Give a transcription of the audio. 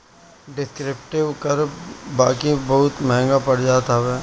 descriptive कर बाकी बहुते महंग पड़ जात हवे